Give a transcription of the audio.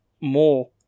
more